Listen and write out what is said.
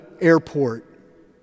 airport